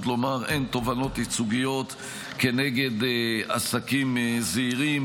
לומר: אין תובענות ייצוגיות נגד עסקים זעירים,